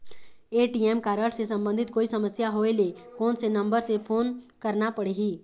ATM card से संबंधित कोई समस्या होय ले, कोन से नंबर से फोन करना पढ़ही?